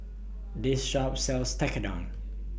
This Shop sells Tekkadon